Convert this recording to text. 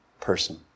person